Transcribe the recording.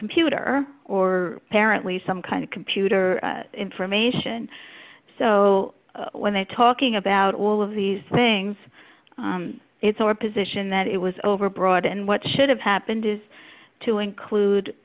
computer or apparently some kind of computer information so when they're talking about all of these things it's our position that it was overbroad and what should have happened is to include